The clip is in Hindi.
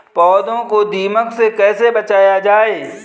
पौधों को दीमक से कैसे बचाया जाय?